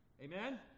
Amen